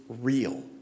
real